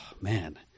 man